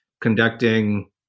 conducting